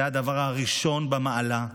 זה הדבר הראשון במעלה,